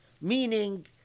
Meaning